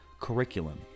curriculum